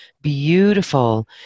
beautiful